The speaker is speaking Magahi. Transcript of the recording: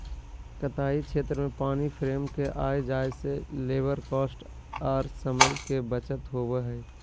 कताई क्षेत्र में पानी फ्रेम के आय जाय से लेबर कॉस्ट आर समय के बचत होबय हय